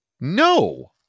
No